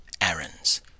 Errands